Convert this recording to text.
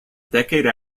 decade